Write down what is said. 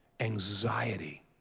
Anxiety